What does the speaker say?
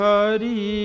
Hari